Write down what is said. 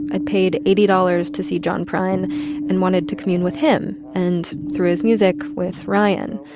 i paid eighty dollars to see john prine and wanted to commune with him and, through his music, with ryan.